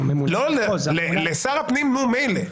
אם זה לשר הפנים, מילא.